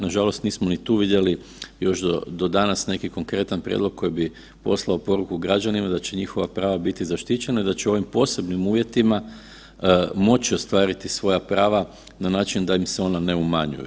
Nažalost, nismo ni tu vidjeli još do danas neki konkretan prijedlog koji bi poslao poruku građanima da će njihova prava biti zaštićena i da će oni u posebnim uvjetima moći ostvariti svoja prava na način da im se ona ne umanje.